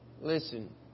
Listen